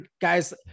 guys